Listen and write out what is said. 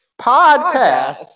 podcast